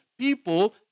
People